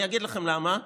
אני אגיד לכם למה: